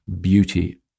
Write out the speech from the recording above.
beauty